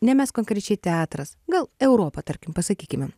ne mes konkrečiai teatras gal europa tarkim pasakykime